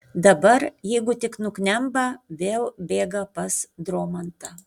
dabar jeigu tik nuknemba vėl bėga pas dromantą